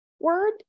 word